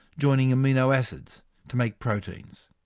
joining amino acids to make proteins.